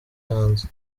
hanze